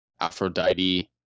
Aphrodite